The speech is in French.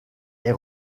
est